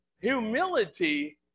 Humility